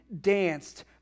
danced